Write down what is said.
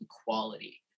equality